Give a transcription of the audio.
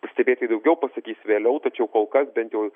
pastebėti daugiau pasakys vėliau tačiau kol kas bent jau